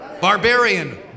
Barbarian